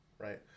right